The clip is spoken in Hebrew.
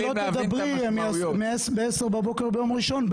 אם לא תדברי ב-10:00 ביום ראשון,